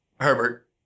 Herbert